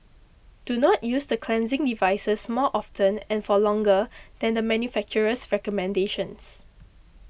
do not use the cleansing devices more often and for longer than the manufacturer's recommendations